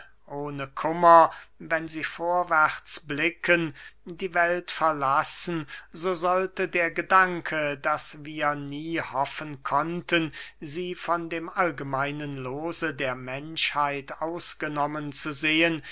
ohne kummer wenn sie vorwärts blicken die welt verlassen so sollte der gedanke daß wir nie hoffen konnten sie von dem allgemeinen loose der menschheit ausgenommen zu sehen